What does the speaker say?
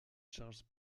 charles